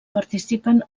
participen